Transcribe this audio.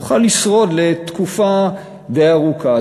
נוכל לשרוד תקופה די ארוכה.